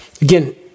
Again